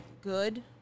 good